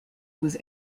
was